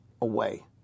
away